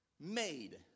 made